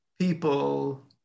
people